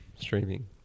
streaming